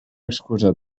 excusa